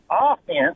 offense –